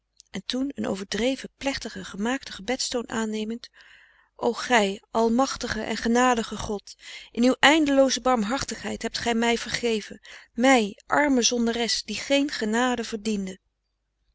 en toen een overdreven plechtigen gemaakten gebedstoon aannemend o gij almachtige en genadige god in uw eindelooze barmhartigheid hebt gij mij vergeven frederik van eeden van de koele meren des doods mij arme zondares die geen genade verdiende